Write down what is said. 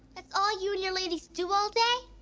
that's all you and your ladies do all day,